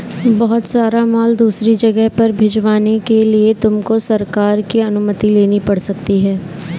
बहुत सारा माल दूसरी जगह पर भिजवाने के लिए तुमको सरकार की अनुमति लेनी पड़ सकती है